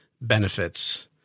benefits